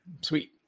Sweet